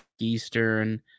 Eastern